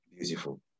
Beautiful